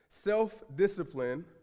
Self-discipline